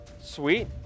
Sweet